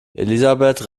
elisabeth